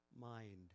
mind